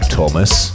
Thomas